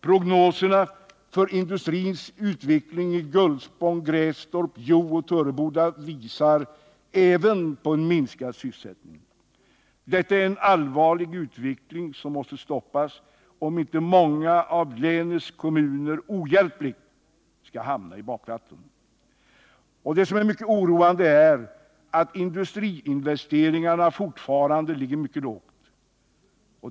Prognoserna för industrins utveckling i Gullspång, Grästorp, Hjo och Töreboda visar även på en minskad sysselsättning. Detta är en allvarlig utveckling som måste stoppas om inte många av länets kommuner ohjälpligt skall hamna i bakvatten. Det som är mycket oroande är att industriinvesteringarna fortfarande ligger mycket lågt.